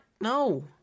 No